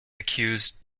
accused